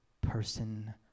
person